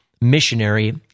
missionary